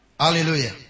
Hallelujah